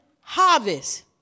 harvest